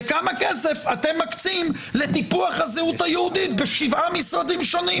וכמה כסף אתם מקצים לטיפוח הזהות היהודית בשבעה משרדים שונים.